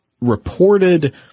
reported